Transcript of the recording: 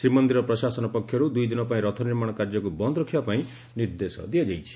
ଶ୍ରୀମନ୍ଦିର ପ୍ରଶାସନ ପକ୍ଷରୁ ଦୁଇ ଦିନ ପାଇଁ ରଥ ନିର୍ମାଣ କାର୍ଯ୍ୟକୁ ବନ୍ଦ ରଖିବା ପାଇଁ ନିର୍ଦ୍ଦେଶ ଦିଆଯାଇଛି